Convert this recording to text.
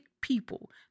people